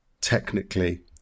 technically